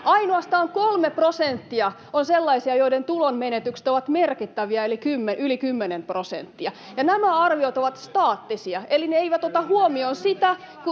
Ainoastaan kolme prosenttia on sellaisia, joiden tulonmenetykset ovat merkittäviä eli yli kymmenen prosenttia. Nämä arviot ovat staattisia, eli ne eivät ota huomioon sitä,